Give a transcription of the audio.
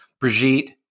Brigitte